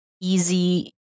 easy